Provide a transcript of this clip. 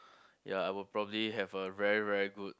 ya I would probably have a very very good